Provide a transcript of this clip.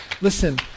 Listen